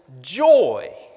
joy